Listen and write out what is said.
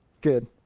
good